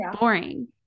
boring